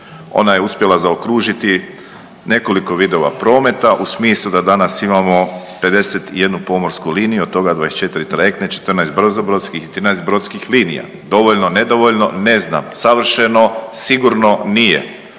Ona je uspjela zaokružiti nekoliko vidova prometa u smislu da danas imamo 51 pomorsku liniju od toga 24 trajektne, 14 brzobrodskih i 13 brodskih linija. Dovoljno, nedovoljno? Ne znam. Savršeno sigurno nije,